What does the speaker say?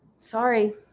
Sorry